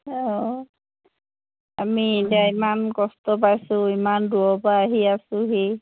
অঁ আমি এতিয়া ইমান কষ্ট পাইছোঁ ইমান দূৰৰ পৰা আহি আছোঁ সেই